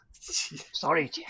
sorry